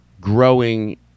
growing